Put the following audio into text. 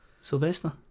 Sylvester